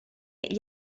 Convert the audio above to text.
gli